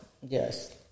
Yes